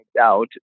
out